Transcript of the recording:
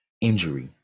injury